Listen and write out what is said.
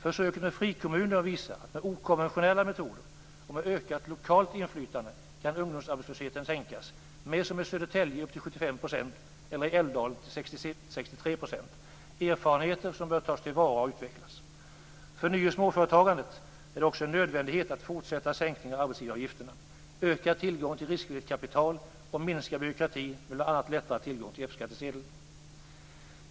Försöket med frikommuner visar att med okonventionella metoder och med ökat lokalt inflytande kan ungdomsarbetslösheten sänkas med, som i Södertälje, upp till 75 % eller med 63 %, som i Älvdalen. Det är erfarenheter som bör tas till vara och utvecklas. För ny och småföretagandet är det också en nödvändighet att fortsätta sänkningen av arbetsgivaravgifterna, öka tillgången till riskvilligt kapital och minska byråkratin med bl.a. lättare tillgång till F-skattsedel.